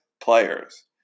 players